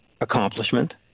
accomplishment